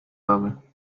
habe